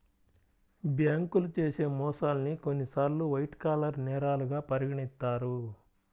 బ్యేంకులు చేసే మోసాల్ని కొన్నిసార్లు వైట్ కాలర్ నేరాలుగా పరిగణిత్తారు